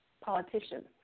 politicians